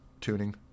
tuning